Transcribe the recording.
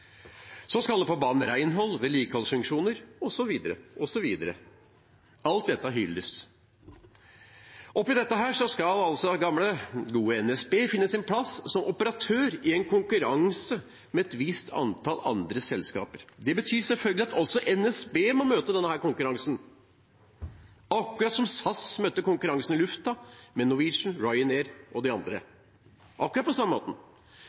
Så skal man på banen med renhold, vedlikeholdsfunksjoner, osv. Alt dette hylles. Oppe i dette skal altså gamle gode NSB finne sin plass som operatør i en konkurranse med et visst antall andre selskaper. Det betyr selvfølgelig at også NSB må møte denne konkurransen, akkurat som SAS møtte konkurransen i lufta med Norwegian, Ryanair og de andre – akkurat på samme måten.